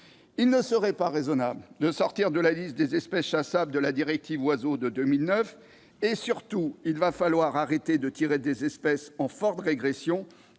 Il ne serait pas raisonnable de sortir la liste des espèces chassables issue de la directive Oiseaux de 2009 ; surtout, il va falloir arrêter de chasser les espèces en forte régression,